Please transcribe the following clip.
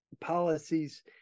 policies